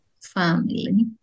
family